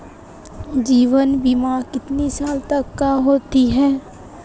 जीवन बीमा कितने साल तक का होता है?